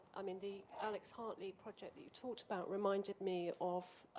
i mean, the alex hartley project that you talked about reminded me of,